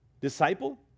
disciple